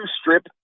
strip